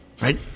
Right